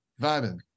vibing